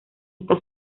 esta